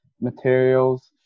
materials